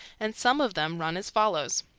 and some of them run as follows